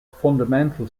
fundamental